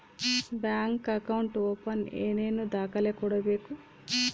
Bank account open ಏನೇನು ದಾಖಲೆ ಕೊಡಬೇಕು?